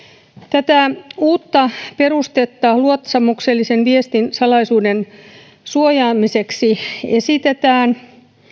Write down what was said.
tätä uutta perustetta luottamuksellisen viestin salaisuuden suojaamiseksi esitetään